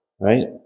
right